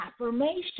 affirmation